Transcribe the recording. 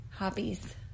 Hobbies